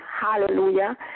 hallelujah